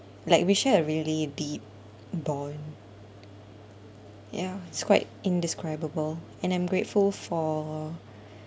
like we share a really deep bond ya it's quite indescribable and I'm grateful for